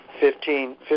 Fifteen